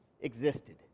existed